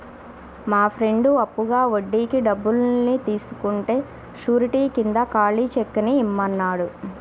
మా ఫ్రెండు అప్పుగా వడ్డీకి డబ్బుల్ని తీసుకుంటే శూరిటీ కింద ఖాళీ చెక్కుని ఇమ్మన్నాడు